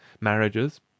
marriages